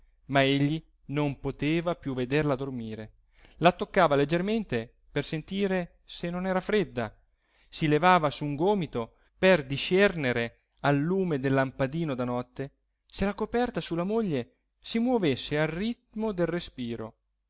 egli non poteva più vederla dormire la toccava leggermente per sentire se non era fredda si levava su un gomito per discernere al lume del lampadino da notte se la coperta sulla moglie si movesse al ritmo del respiro